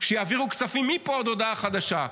שיעבירו כספים מפה ועד הודעה חדשה.